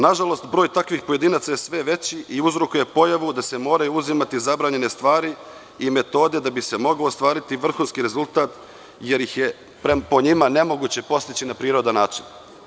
Nažalost, broj takvih pojedinaca je sve veći i uzrokuje pojavu da se moraju uzimati zabranjene stvari i metode da bi se mogao ostvariti vrhunski rezultat, jer ih je po njima nemoguće postići na prirodan način.